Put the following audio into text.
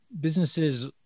businesses